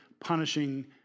punishing